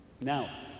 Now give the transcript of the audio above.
Now